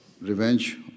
revenge